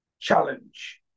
challenge